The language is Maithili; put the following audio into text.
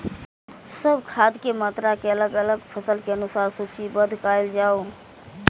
सब खाद के मात्रा के अलग अलग फसल के अनुसार सूचीबद्ध कायल जाओ?